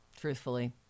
truthfully